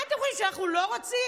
מה אתם חושבים, שאנחנו לא רוצים?